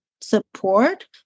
support